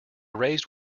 raised